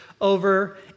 over